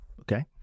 okay